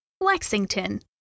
lexington